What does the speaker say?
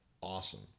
awesome